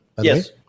Yes